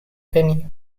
venue